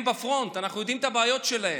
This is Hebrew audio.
הם בפרונט, אנחנו יודעים מה הבעיות שלהם,